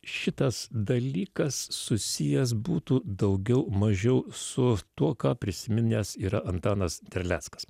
šitas dalykas susijęs būtų daugiau mažiau su tuo ką prisiminęs yra antanas terleckas